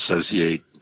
associate